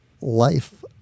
life